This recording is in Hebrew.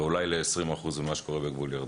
ואולי ל-20% ממה שקורה בגבול ירדן.